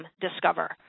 discover